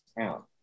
out